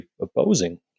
opposing